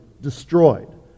destroyed